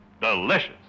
Delicious